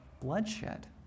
bloodshed